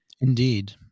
Indeed